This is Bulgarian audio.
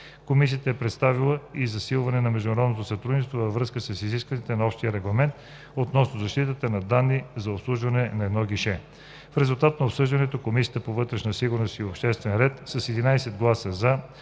Комисията е предвидила и засилване на международното сътрудничество във връзка с изискванията на Общия регламент относно защитата на данните за „обслужване на едно гише“. В резултат на обсъждането Комисията по вътрешна сигурност и обществен ред с 11 гласа